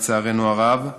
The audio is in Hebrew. לצערנו הרב,